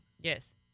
Yes